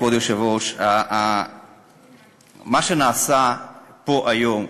כבוד היושב-ראש: מה שנעשה פה היום,